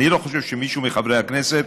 אני לא חושב שמישהו מחברי הכנסת